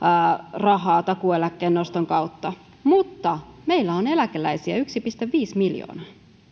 rahaa takuueläkkeen noston kautta mutta meillä on eläkeläisiä yksi pilkku viisi miljoonaa